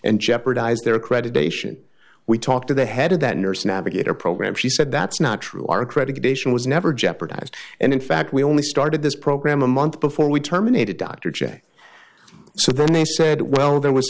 and jeopardize their accreditation we talked to the head of that nurse navigator program she said that's not true are accreditation was never jeopardized and in fact we only started this program a month before we terminated dr j so then they said well there was